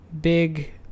big